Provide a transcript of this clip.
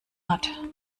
hat